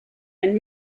and